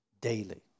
daily